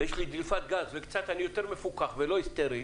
ויש לי דליפת גז, ואני קצת יותר מפוקח ולא היסטרי,